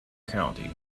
county